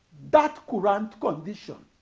that courant condition